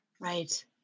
Right